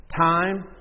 time